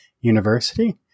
University